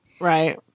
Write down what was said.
Right